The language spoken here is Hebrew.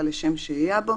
לשם שהייה בו,